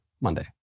Monday